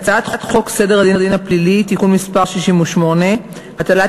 הצעת חוק סדר הדין הפלילי (תיקון מס' 68) (הטלת